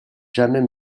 jamais